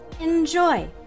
Enjoy